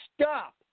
Stop